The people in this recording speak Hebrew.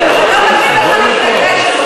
זה לא מתאים לך להתנגד לזה.